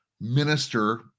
minister